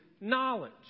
knowledge